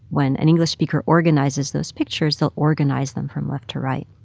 when an english speaker organizes those pictures, they'll organize them from left to right.